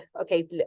okay